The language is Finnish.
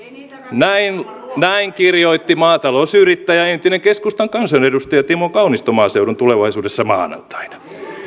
näin näin kirjoitti maatalousyrittäjä entinen keskustan kansanedustaja timo kaunisto maaseudun tulevaisuudessa maanantaina